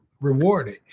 rewarded